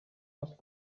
noch